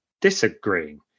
disagreeing